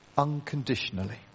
unconditionally